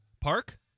Park